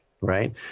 right